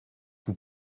vous